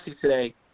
today